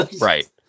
Right